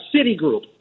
Citigroup